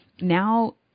Now